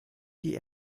die